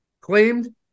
claimed